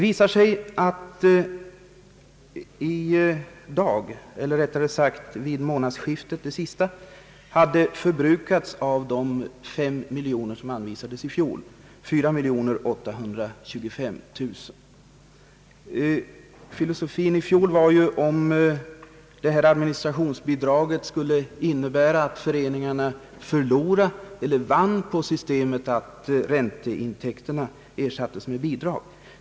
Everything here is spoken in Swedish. Vid det senaste månadsskiftet hade av de 5 miljoner som anvisades för innevarande budgetår förbrukats 4 825 000 kronor. I fjol spekulerade man över om administrationsbidraget skulle medföra att föreningarna förlorade eller vann på systemet med att ränteintäkterna ersättes med bidrag.